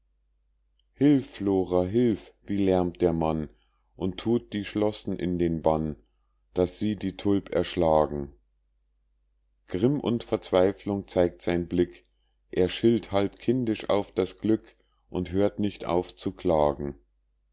flora hilf wie lärmt der mann und thut die schlossen in den bann daß sie die tulp erschlagen grimm und verzweiflung zeigt sein blick er schilt halb kindisch auf das glück und hört nicht auf zu klagen